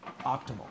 optimal